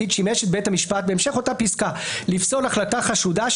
שימש את בית המשפט לפסול החלטה "חשודה",